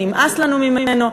נמאס לנו ממנו.